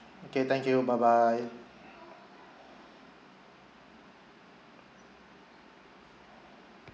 okay thank you bye bye